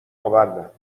آوردم